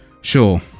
Sure